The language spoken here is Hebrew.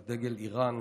את דגל איראן,